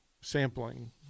sampling